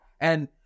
And-